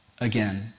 again